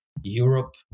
Europe